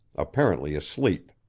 apparently asleep.